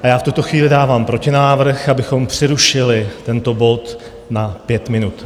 V tuto chvíli dávám protinávrh, abychom přerušili tento bod na 5 minut.